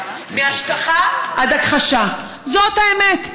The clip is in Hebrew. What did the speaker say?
זאת האמת.